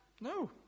No